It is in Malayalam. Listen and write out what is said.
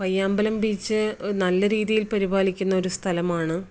പയ്യാമ്പലം ബീച്ച് ഒരു നല്ല രീതിയില് പരിപാലിക്കുന്ന ഒരു സ്ഥലമാണ്